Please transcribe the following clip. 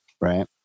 right